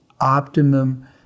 optimum